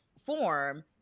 form